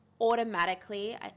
automatically